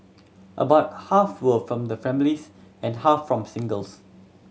about half were from the families and half from singles